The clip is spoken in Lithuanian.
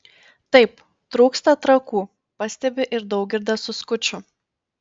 taip trūksta trakų pastebi ir daugirdas su skuču